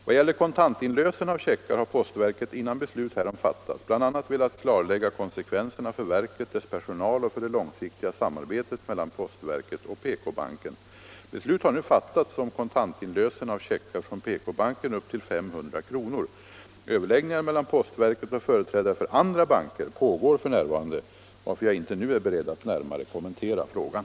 Vad gäller kontantinlösen av checkar har postverket innan beslut härom fattas bl.a. velat klarlägga konsekvenserna för verket, dess personal och för det långsiktiga samarbetet mellan postverket och PK-banken. Beslut har nu fattats om kontantinlösen av checkar från PK-banken upp till 500 kr. Överläggningar mellan postverket och företrädare för andra banker pågår f. n., varför jag inte nu är beredd att närmare kommentera frågan.